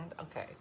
Okay